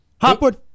Hopwood